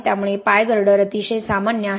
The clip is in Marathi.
त्यामुळे पाय गर्डर अतिशय सामान्य आहेत